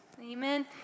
amen